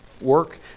work